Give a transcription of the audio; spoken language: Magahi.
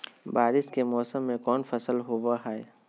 बारिस के मौसम में कौन फसल होबो हाय?